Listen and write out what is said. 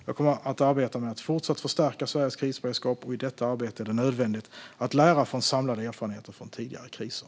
Jag kommer att arbeta med att fortsatt förstärka Sveriges krisberedskap, och i detta arbete är det nödvändigt att lära från samlade erfarenheter från tidigare kriser.